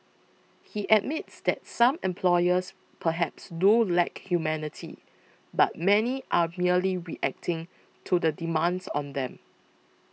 he admits that some employers perhaps do lack humanity but many are merely reacting to the demands on them